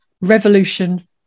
revolution